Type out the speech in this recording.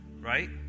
Right